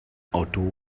auto